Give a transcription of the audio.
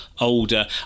older